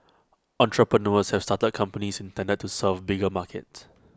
entrepreneurs have started companies intended to serve bigger markets